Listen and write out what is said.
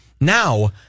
now